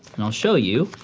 and i'll show you.